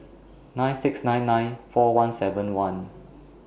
nine six nine nine four one seven one